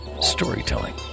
storytelling